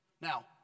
Now